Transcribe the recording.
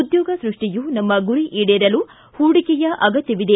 ಉದ್ಯೋಗ ಸೃಷ್ಷಿಯ ನಮ್ಮ ಗುರಿ ಈಡೇರಲು ಹೂಡಿಕೆಯ ಅಗತ್ಯವಿದೆ